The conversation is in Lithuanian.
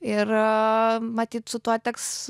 ir a matyt su tuo teks